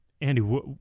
Andy